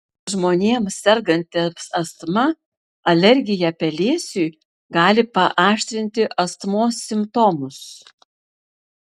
žmonėms sergantiems astma alergija pelėsiui gali paaštrinti astmos simptomus